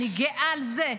אני גאה על זה.